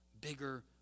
bigger